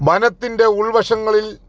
വനത്തിൻ്റെ ഉൾവശങ്ങളിൽ